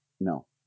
No